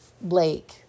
Blake